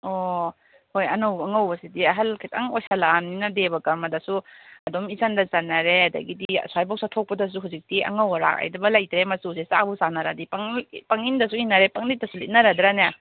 ꯑꯣ ꯍꯣꯏ ꯑꯉꯧꯕꯁꯤꯗꯤ ꯑꯍꯜ ꯈꯤꯇꯪ ꯑꯣꯏꯁꯜꯂꯛꯑꯃꯤꯅ ꯗꯦꯕ ꯀꯔꯃꯗꯁꯨ ꯑꯗꯨꯝ ꯏꯆꯟꯗ ꯆꯟꯅꯔꯦ ꯑꯗꯒꯤꯗꯤ ꯑꯁ꯭ꯋꯥꯏꯕꯣꯛ ꯆꯠꯊꯣꯛꯄꯗꯁꯨ ꯍꯧꯖꯤꯛꯇꯤ ꯑꯉꯧ ꯑꯔꯥꯛ ꯍꯥꯏꯕ ꯂꯩꯇ꯭ꯔꯦ ꯃꯆꯨꯁꯦ ꯆꯥꯕꯨ ꯆꯥꯟꯅꯔꯗꯤ ꯄꯪꯏꯟꯗꯁꯨ ꯏꯟꯅꯔꯦ ꯄꯪꯂꯤꯠꯇꯁꯨ ꯂꯤꯠꯅꯔꯗ꯭ꯔꯅꯦ